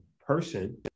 person